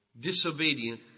Disobedient